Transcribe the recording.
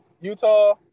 Utah